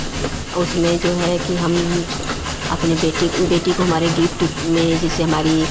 उसमें जो है कि हम अपने बेटी को बेटी को हमारे गिफ्ट में जैसे हमारी